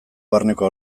barneko